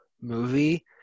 movie